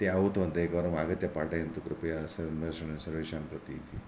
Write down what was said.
ते आहूतवन्तः एकवारम् आगत्य पाठयन्तु कृपया सर्व सर्वेषां प्रति इति